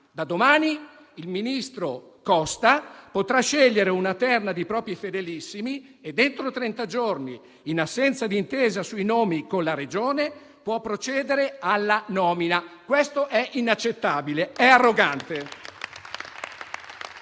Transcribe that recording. Da domani il ministro Costa potrà scegliere una terna di propri fedelissimi ed entro trenta giorni, in assenza di intesa sui nomi con la Regione, può procedere alla nomina. Questo è inaccettabile, è arrogante.